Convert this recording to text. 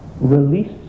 release